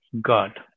God